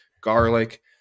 garlic